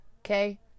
okay